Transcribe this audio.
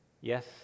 Yes